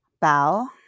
Bow